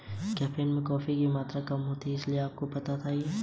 नाबार्ड योजना में कितने प्रकार के ऋण उपलब्ध हैं?